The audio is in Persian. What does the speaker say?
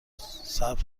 صبر